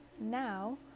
now